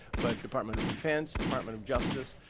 but department of defense, department of justice,